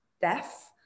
deaf